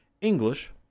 English